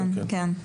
כן, כן, כן.